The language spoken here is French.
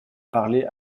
parler